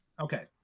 Okay